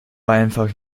einfach